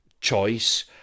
choice